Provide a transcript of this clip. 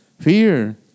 fear